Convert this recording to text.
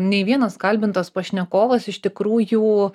nei vienas kalbintas pašnekovas iš tikrųjų